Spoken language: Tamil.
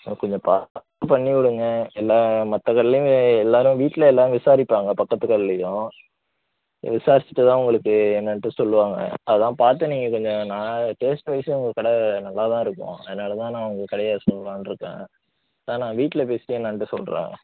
அண்ணா கொஞ்சம் பார்த்து பண்ணி விடுங்க ஏன்னால் மற்ற கடையிலையும் எல்லோரும் வீட்டில் எல்லோரும் விசாரிப்பாங்க பக்கத்து கடையிலையும் விசாரிச்சுட்டுதான் உங்களுக்கு என்னன்ட்டு சொல்லுவாங்க அதுதான் பார்த்து நீங்கள் கொஞ்சம் நான் டேஸ்ட்வைஸ் உங்கள் கடை நல்லாதான் இருக்கும் அதனாலதான் நான் உங்கள் கடையை சொல்லலான்டு இருக்கேன் அதுதான் நான் வீட்டில் பேசி என்னான்ட்டு சொல்றேன்